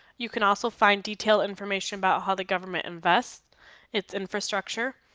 you can also find detailed information about how the government invests its infrastructure,